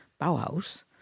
Bauhaus